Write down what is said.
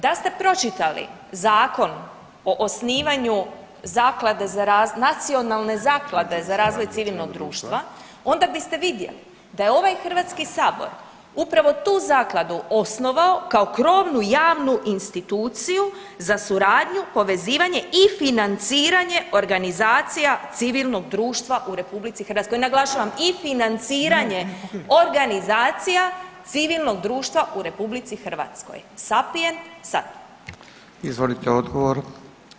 Da ste pročitali Zakon o osnivanju zaklade za, Nacionalne zaklade za razvoj civilnog društva onda biste vidjeli da je ovaj HS upravo tu zakladu osnovao kao krovnu i javnu instituciju za suradnju, povezivanje i financiranje organizacija civilnog društva u RH, i naglašavam i financiranje organizacija civilnog društva u RH, sapient sad.